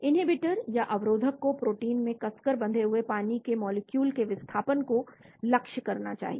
inhibitor या अवरोधक को प्रोटीन में कसकर बंधे हुए पानी के मॉलिक्यूल के विस्थापन को लक्ष्य करना चाहिए